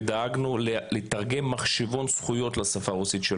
ודאגנו לתרגם מחשבון זכויות לשפה הרוסית,